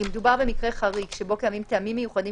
כי מדובר במקרה חריג שבו קיימים טעמים מיוחדים